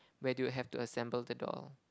where they will have to assemble the doll